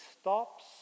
stops